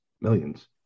millions